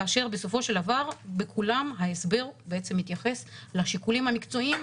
כאשר בסופו של דבר בכולם ההסבר מתייחס לשיקולים המקצועיים,